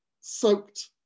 soaked